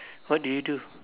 what do you do